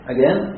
Again